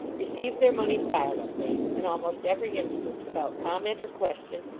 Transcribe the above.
received their money silently, in almost every instance without comment or question,